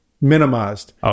minimized